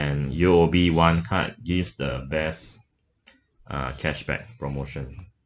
and U_O_B one card give the best uh cashback promotion